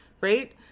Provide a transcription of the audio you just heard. right